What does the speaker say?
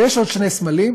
יש עוד שני סמלים,